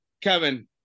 Kevin